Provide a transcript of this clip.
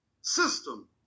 system